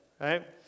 right